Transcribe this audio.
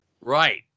Right